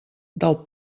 del